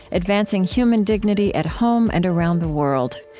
advancing human dignity at home and around the world.